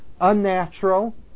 unnatural